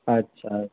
अछा